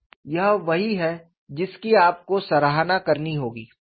यह वही है जिसकी आपको सराहना करनी होगी